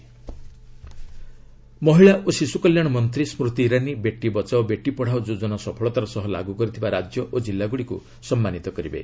WCD award ମହିଳା ଓ ଶିଶୁ କଲ୍ୟାଣ ମନ୍ତ୍ରୀ ସ୍ବତି ଇରାନୀ 'ବେଟି ବଚାଓ ବେଟି ପଢ଼ାଓ' ଯୋଜନା ସଫଳତାର ସହ ଲାଗୁ କରିଥିବା ରାଜ୍ୟ ଓ କିଲ୍ଲାଗୁଡ଼ିକୁ ସମ୍ମାନୀତ କରିବେ